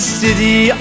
city